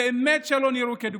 ובאמת שלא נראו כדוגמתם.